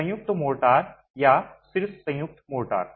संयुक्त मोर्टार या सिर संयुक्त मोर्टार